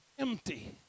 Empty